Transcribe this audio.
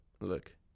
Look